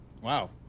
Wow